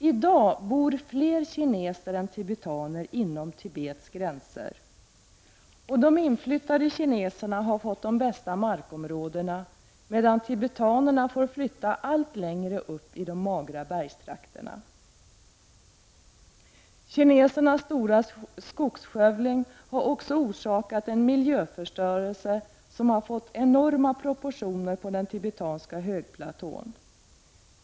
I dag bor fler kineser än tibetaner inom Tibets gränser. Och de inflyttade kineserna har fått de bästa markområdena, medan tibetanerna får flytta allt längre upp i de magra bergstrakterna. Kinesernas stora skogsskövling har också orsakat en miljöförstörelse som har fått enorma proportioner på den tibetanska högplatån.